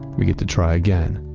we get to try again,